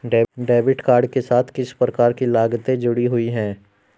Debit card के साथ किस प्रकार की लागतें जुड़ी हुई हैं?